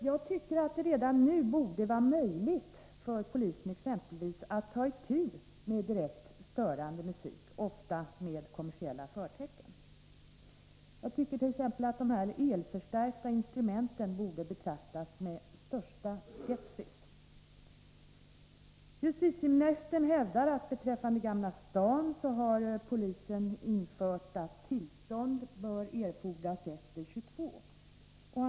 Jag tycker att det redan nu borde vara möjligt för polisen att ta itu med direkt störande musik, ofta med kommersiella förtecken. Jag tycker att t.ex. de elförstärkta instrumenten borde betraktas med största skepsis. Justitieministern hävdar att beträffande Gamla stan erfordras tillstånd efter kl. 22.00.